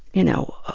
you know,